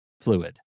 fluid